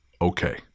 okay